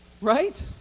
right